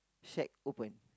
shack open